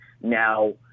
now